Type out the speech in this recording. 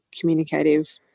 communicative